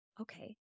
Okay